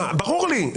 ברור לי.